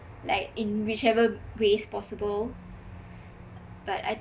like in whichever way is possible but I